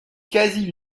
quasi